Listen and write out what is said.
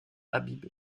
habib